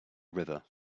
river